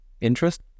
interest